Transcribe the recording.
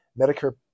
Medicare